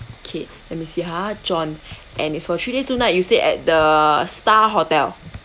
okay let me see ha john and it's for three day two night you stayed at the star hotel